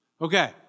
Okay